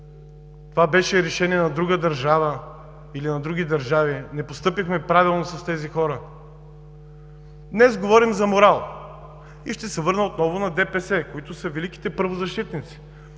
това беше решение на друга държава или на други държави, не постъпихме правилно с тези хора“. Днес говорим за морал. И ще се върна отново на ДПС, които са великите правозащитници.